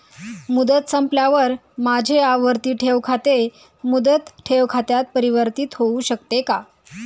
मुदत संपल्यावर माझे आवर्ती ठेव खाते मुदत ठेव खात्यात परिवर्तीत होऊ शकते का?